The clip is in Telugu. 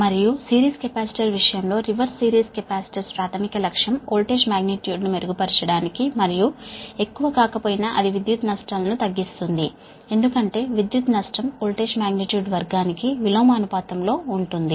మరియు సిరీస్ కెపాసిటర్ విషయంలో రివర్స్ సిరీస్ కెపాసిటర్స్ ప్రాధమిక లక్ష్యం వోల్టేజ్ మాగ్నిట్యూడ్ ను మెరుగుపరచడానికి మరియు ఎక్కువ కాకపోయినా అది విద్యుత్ నష్టాలను తగ్గిస్తుంది ఎందుకంటే విద్యుత్తు నష్టం వోల్టేజ్ మాగ్నిట్యూడ్ వర్గానికి విలోమానుపాతం లో ఉంటుంది